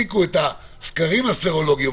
הפסיקו את הסקרים הסרולוגיים,